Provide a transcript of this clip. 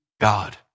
God